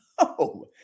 no